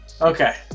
Okay